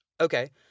Okay